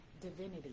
divinity